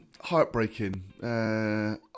heartbreaking